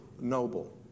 noble